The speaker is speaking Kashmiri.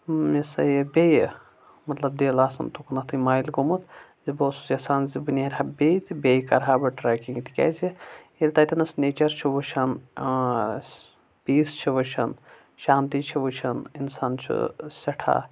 یہِ ہسا یہِ بیٚیہِ مطلب دِل آسان تُکنَتھٕے مایِل گومُت تہٕ بہٕ اوسُس یَژھان زِ بہٕ نیرٕ ہا بیٚیہِ تہٕ بیٚیہِ کَرٕہا بہٕ ٹرٛٮ۪کِنٛگ تِکیازِ ییٚلہِ تَتیٚنَس نیچَر چُھ وٕچھان پیٖس چھِ وٕچھان شانتی چھِ وٕچھان اِنسان چھُ سٮ۪ٹھاہ